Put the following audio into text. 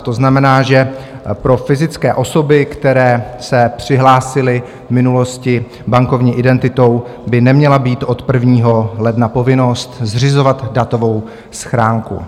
To znamená, že pro fyzické osoby, které se přihlásily v minulosti bankovní identitou, by neměla být od 1. ledna povinnost zřizovat datovou schránku.